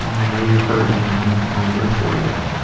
i know you're hurting. i'm i'm here for you.